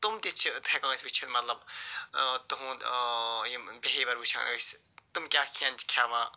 تِم تہِ چھِ ہٮ۪کان أسۍ وُچھِتھ مطلب تُہنٛد یِم بِہیور وُچھان أسۍ تِم کیٛاہ کھٮ۪ن چھِ کھٮ۪وان